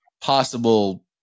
possible